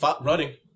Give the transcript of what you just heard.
running